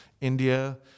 india